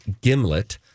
Gimlet